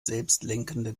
selbstlenkende